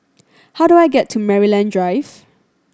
how do I get to Maryland Drive